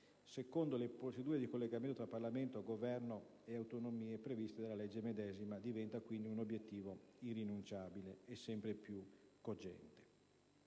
secondo le procedure di collegamento tra Parlamento, Governo e autonomie, previste dalla legge medesima. Diventa dunque un obiettivo irrinunciabile e sempre più cogente.